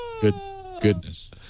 Goodness